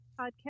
podcast